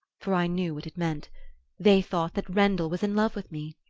for i knew what it meant they thought that rendle was in love with me!